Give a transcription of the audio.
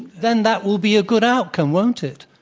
then, that will be a good outcome, won't it?